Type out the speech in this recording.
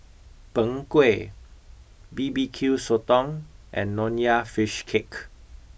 Png Kueh B B Q Sotong and Nonya Fish Cake